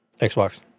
Xbox